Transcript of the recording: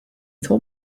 told